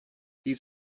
these